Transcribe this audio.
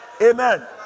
Amen